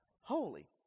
Holy